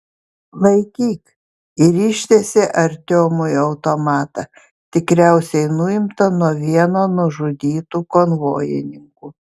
laikyk ir ištiesė artiomui automatą tikriausiai nuimtą nuo vieno nužudytų konvojininkų